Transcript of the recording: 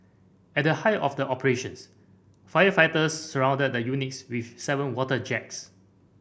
at the height of the operations firefighters surrounded the units with seven water jets